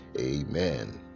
amen